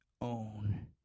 own